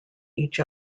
each